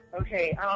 Okay